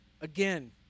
again